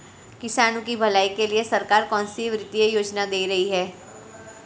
किसानों की भलाई के लिए सरकार कौनसी वित्तीय योजना दे रही है?